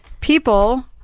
people